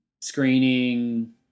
screening